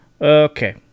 Okay